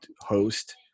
host